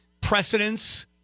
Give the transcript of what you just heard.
precedence